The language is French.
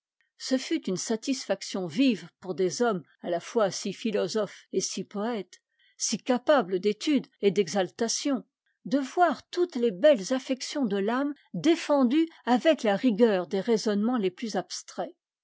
ce fut une satisfaction vive pour des hommes à la fois si phiiosophes et si poëtes si capables d'étude et d'exaltation de voir toutes les belles affections de l'âme défendues avec la rigueur des raisonnements les plus abstraits